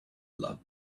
love